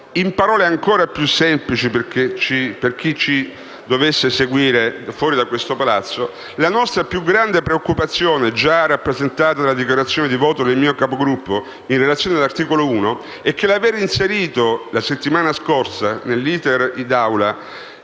In parole ancora più semplici, per chi ci dovesse seguire al di fuori di questo palazzo, la nostra più grande preoccupazione, già rappresentata dalla dichiarazione di voto del mio Capogruppo, in relazione all'articolo 1, è che l'aver inserito la settimana scorsa, nel corso